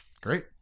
great